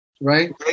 right